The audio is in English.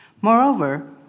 Moreover